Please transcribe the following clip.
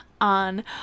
on